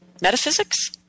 metaphysics